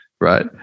right